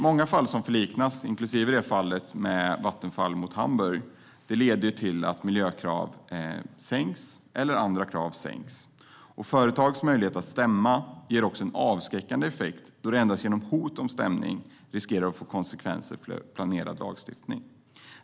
Många fall där det blir förlikning, inklusive fallet med Vattenfall mot Hamburg, leder till att miljökrav eller andra krav sänks. Företags möjlighet att stämma ger också en avskräckande effekt, eftersom endast hot om stämning riskerar att få konsekvenser för planerad lagstiftning.